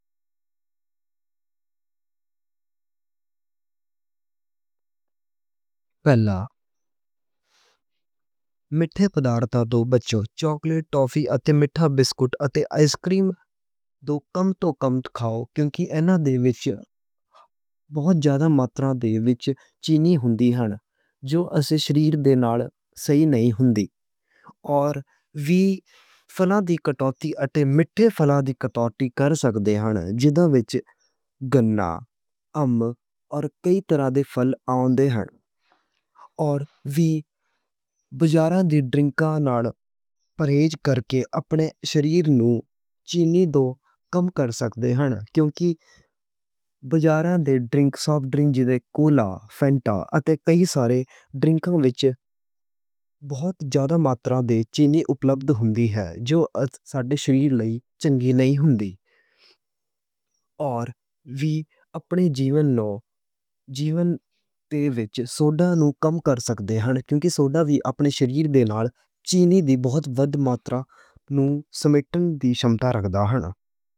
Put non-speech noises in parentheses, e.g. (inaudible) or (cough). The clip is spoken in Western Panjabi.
پہلا (hesitation) مٹھے پدارتھاں توں بچو، چوکلیٹ ٹافی اتے مٹھے بسکٹ اتے۔ آئس کریم توں کم توں کم کھاؤ۔ کیونکہ انہاں دے وچوں بوہت زیادہ مقدار دے وچ چینی ہوندی جیہڑی اچھے جسم دے نال سوہ نہیں ہوندی۔ تے وی پھلاں دی کٹوتی اتے مٹھے پھلاں دی کٹوتی کر سکدے ہن۔ جیہڑا وچ گنے، آم تے کئی طرح دے پھل آؤن دے ہن۔ تے وی بازار دی ڈرنکاں نال پرہیز کر کے اپنے جسم نوں چینی توں کم کر سکدے ہن۔ کیونکہ بازار تے ڈرنک، سوفٹ ڈرنک جیسے کولا، فانٹا کئی سارے ڈرنک وچ (hesitation) بوہت زیادہ مقدار دی چینی دستیاب ہوندی ہن۔ جو ساڈے جسم لئی چنگی نہیں ہوندی۔ (hesitation) تے وی اپنے جیون وچ سوڈا نوں کم کر سکدے ہو۔ کیونکہ سوڈا دے اپنے جسم دے نال چینی دی بہت وڈی مقدار نوں سمٹنے دی شمتا رکھدا ہن۔